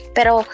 Pero